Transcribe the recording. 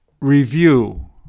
review